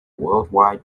worldwide